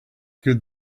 good